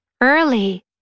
Early